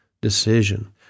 decision